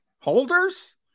Holders